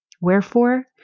Wherefore